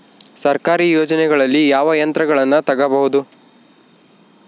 ಸರ್ಕಾರಿ ಯೋಜನೆಗಳಲ್ಲಿ ಯಾವ ಯಂತ್ರಗಳನ್ನ ತಗಬಹುದು?